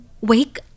wake